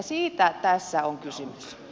siitä tässä on kysymys